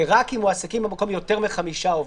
ורק אם מועסקים במקום יותר מחמישה עובדים,